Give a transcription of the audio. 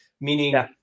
meaning